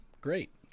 great